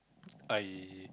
I